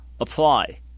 apply